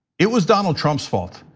it was donald trump's fault.